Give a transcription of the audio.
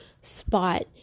spot